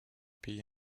pays